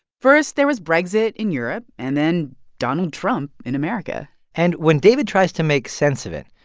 first, there was brexit in europe, and then donald trump in america and when david tries to make sense of it,